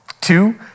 Two